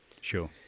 sure